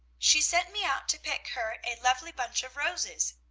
she sent me out to pick her a lovely bunch of roses.